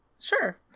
Sure